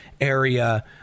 area